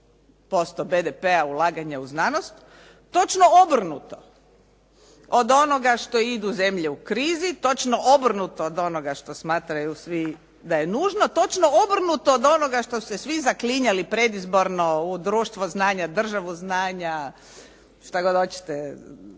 0,87% BDP-a ulaganja u znanost točno obrnuto od onoga što idu zemlje u krizi, točno obrnuto od onoga što smatraju svi da je nužno, točno obrnuto od onoga što su se svi zaklinjali predizborno u društvo znanja, državu znanja, šta god hoćete,